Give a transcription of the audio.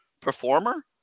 performer